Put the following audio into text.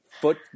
foot